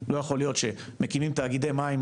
לא יכול להיות שמקימים תאגידי מים,